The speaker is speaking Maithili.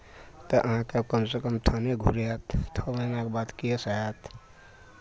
तऽ अहाँकेँ कमसँ कम थाने घुरियायत छओ महीनाके बाद केस हैत